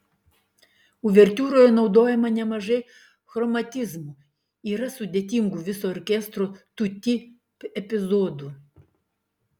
uvertiūroje naudojama nemažai chromatizmų yra sudėtingų viso orkestro tutti epizodų